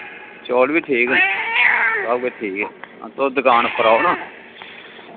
चौल बी ठीक न सब किश ठीक ऐ तुस दुकान उप्पर आओ न